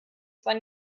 zwar